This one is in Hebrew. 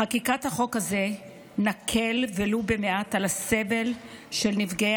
בחקיקת החוק הזה נקל ולו במעט על הסבל של נפגעי